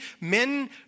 men